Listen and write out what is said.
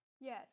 Yes